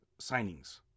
signings